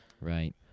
Right